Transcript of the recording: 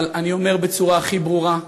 אבל אני אומר בצורה הכי ברורה,